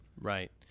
Right